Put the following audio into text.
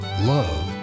Love